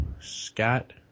Scott